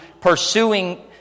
pursuing